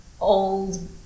old